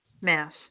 mass